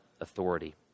authority